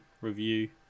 review